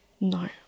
No